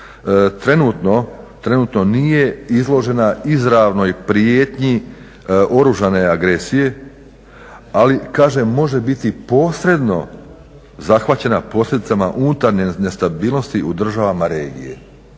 trenutno nije izložena izravnoj prijetnji oružane agresije, ali kaže može biti posredno zahvaćena posljedicama unutarnje nestabilnosti u državama regije.